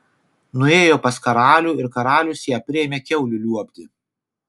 nuėjo pas karalių ir karalius ją priėmė kiaulių liuobti